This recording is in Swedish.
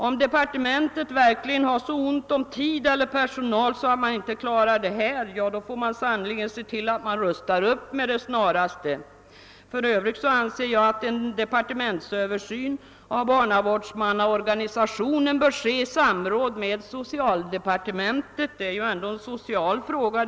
Om man på departementet verkligen har så ont om tid eller personal att man inte klarar detta, då får man sannerligen med det snaraste se till att rusta upp. För övrigt anser jag att en departementsöversyn av barnavårdsmannaorganisationen bör ske i samråd med socialdepartementet; detta är ju ändå en social fråga.